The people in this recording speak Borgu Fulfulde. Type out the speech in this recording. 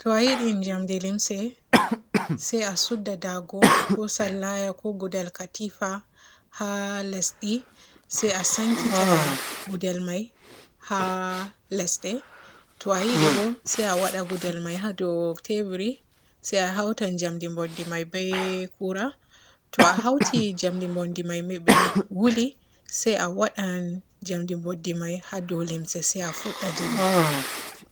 To yiɗi jamdi limse, se a sudda daago ko sallaya ko gudel katifa haa lesdi, se a sankita gudel may haa lesde. To a yiidi bo se a waada guudel may haa ɗou teburi se a hauta jamdi boddi may be kura. Ta hauti jamdi boddi may be-be wooli se a waada jamdi boddi may haa ɗou limse se a fudda jamdi.